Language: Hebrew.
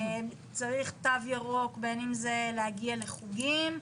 צריך תו ירוק בין אם זה להגיע לחוגים,